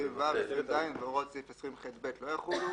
20ב(ג), 20ו, 20ז והוראות סעיף 20ח(ב) לא יחולו.